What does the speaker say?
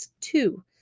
two